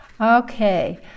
okay